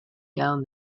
down